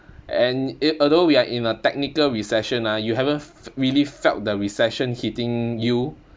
and e~ although we are in a technical recession ah you haven't f~ really felt the recession hitting you